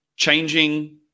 Changing